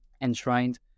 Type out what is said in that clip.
enshrined